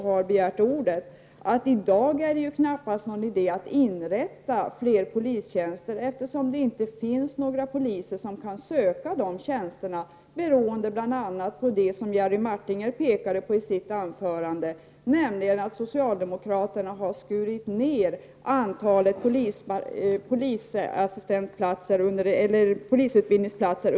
För övrigt är det knappast någon idé att i dag inrätta fler polistjänster, eftersom det inte finns några poliser som kan söka dessa tjänster beroende på bl.a. det som Jerry Martinger pekade på i sitt anförande, nämligen att socialdemokraterna under en följd av år har skurit ner antalat polisutbildningsplatser.